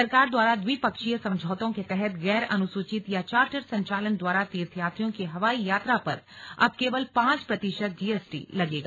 सरकार द्वारा द्विपक्षीय समझौतों के तहत गैर अनुसूचित या चार्टर संचालन द्वारा तीर्थयात्रियों की हवाई यात्रा पर अब केवल पांच प्रतिशत जीएसटी लगेगा